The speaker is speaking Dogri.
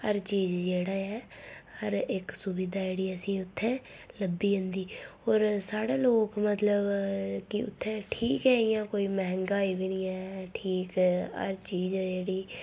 हर चीज जेह्ड़ा ऐ हर इक सुविधा जेह्ड़ी असें उत्थें लब्भी जंदी होर साढ़े लोक मतलब कि उत्थें ठीक ऐ इयां कोई मैंह्गाई बी नेई ऐ ठीक हर चीज ऐ जेह्ड़ी